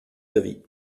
d’avis